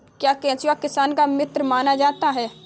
क्या केंचुआ किसानों का मित्र माना जाता है?